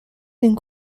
την